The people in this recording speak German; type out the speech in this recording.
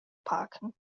parken